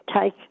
Take